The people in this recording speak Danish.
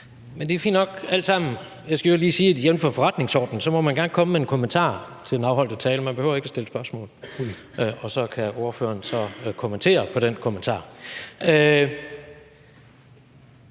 Det er fint nok alt sammen. Jeg skal i øvrigt lige sige, at jævnfør forretningsordenen må man gerne komme med en kommentar til den afholdte tale. Man behøver ikke at stille spørgsmål. Og så kan ordføreren så kommentere på den kommentar.